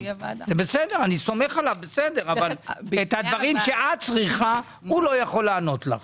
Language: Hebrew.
אני סומך עליו אבל הדברים שאת צריכה הוא לא יכול לענות לך.